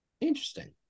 interesting